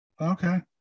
okay